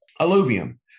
Alluvium